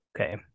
Okay